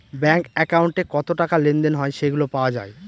bank একাউন্টে কত টাকা লেনদেন হয় সেগুলা পাওয়া যায়